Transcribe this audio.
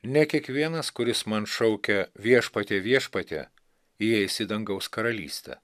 ne kiekvienas kuris man šaukia viešpatie viešpatie įeis į dangaus karalystę